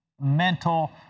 mental